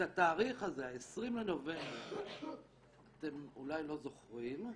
את התאריך הזה, ה-20 בנובמבר, אתם אולי לא זוכרים,